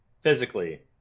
physically